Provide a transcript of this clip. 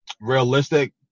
realistic